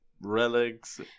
relics